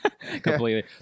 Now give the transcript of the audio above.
completely